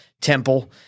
temple